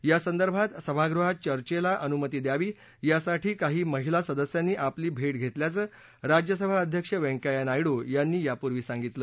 यासंदर्भात सभागृहात चर्घेला अनुमती द्यावी यासाठी काही महिला सदस्यांनी आपली भेट घेतल्याचं राज्यसभा अध्यक्ष व्यंकय्या नायडू यांनी यापूर्वी सांगितलं